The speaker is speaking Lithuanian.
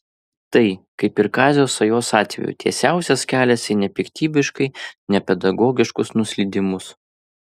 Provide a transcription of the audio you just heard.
tai kaip ir kazio sajos atveju tiesiausias kelias į nepiktybiškai nepedagogiškus nuslydimus